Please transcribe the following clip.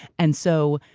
and so,